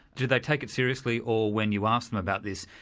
did they take it seriously or when you asked them about this,